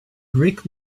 greek